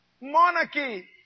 monarchy